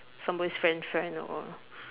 somebody's friend's friend or